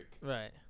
Right